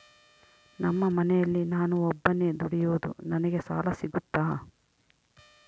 ನಮ್ಮ ಮನೆಯಲ್ಲಿ ನಾನು ಒಬ್ಬನೇ ದುಡಿಯೋದು ನನಗೆ ಸಾಲ ಸಿಗುತ್ತಾ?